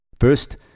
First